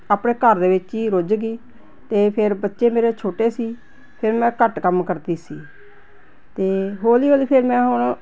ਆਪਣੇ ਘਰ ਦੇ ਵਿੱਚ ਹੀ ਰੁੱਝ ਗਈ ਅਤੇ ਫਿਰ ਬੱਚੇ ਮੇਰੇ ਛੋਟੇ ਸੀ ਫਿਰ ਮੈਂ ਘੱਟ ਕੰਮ ਕਰਦੀ ਸੀ ਅਤੇ ਹੌਲੀ ਹੌਲੀ ਫਿਰ ਮੈਂ ਹੁਣ